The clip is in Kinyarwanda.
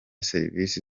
serivisi